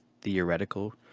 theoretical